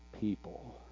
people